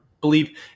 believe